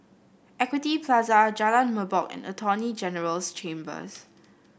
Equity Plaza Jalan Merbok and Attorney General's Chambers